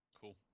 Cool